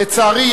לצערי,